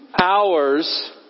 hours